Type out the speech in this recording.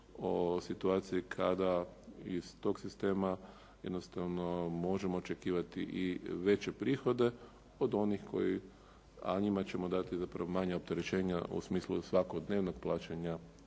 o situaciji kada iz toga sistema jednostavno možemo očekivati veće prihode od onih koji, a njima ćemo dati zapravo manja opterećenja u smislu svakodnevnog plaćanja